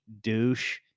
douche